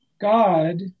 God